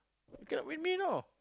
you cannot win me you know